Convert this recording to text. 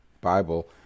Bible